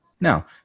now